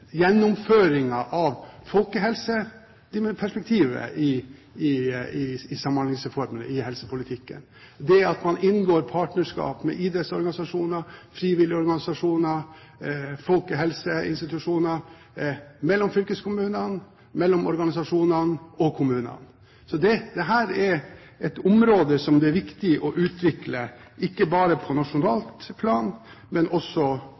i helsepolitikken, det at man inngår partnerskap med idrettsorganisasjoner, frivillige organisasjoner, folkehelseinstitusjoner, mellom fylkeskommunene, mellom organisasjonene og kommunene. Dette er et område som det er viktig å utvikle, ikke bare på nasjonalt plan, men også